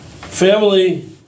Family